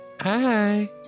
Hi